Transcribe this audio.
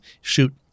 Shoot